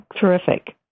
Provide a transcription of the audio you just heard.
terrific